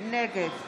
נגד